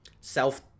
self